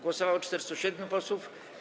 Głosowało 407 posłów.